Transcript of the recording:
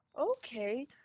Okay